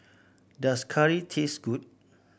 does curry taste good